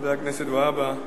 חבר הכנסת והבה,